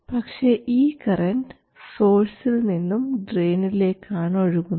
പക്ഷേ ഈ കറൻറ് സോഴ്സിൽ നിന്നും ഡ്രയിനിലേക്ക് ആണ് ഒഴുകുന്നത്